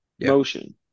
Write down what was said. motion